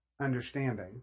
understanding